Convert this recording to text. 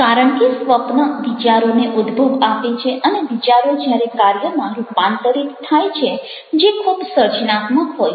કારણ કે સ્વપ્ન વિચારોને ઉદ્ભવ આપે છે અને વિચારો જ્યારે કાર્યમાં રૂપાંતરિત થાય છે જે ખૂબ સર્જનાત્મક હોય છે